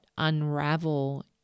unravel